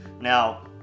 Now